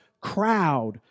crowd